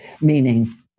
meaning